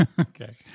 Okay